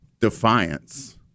defiance